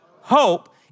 hope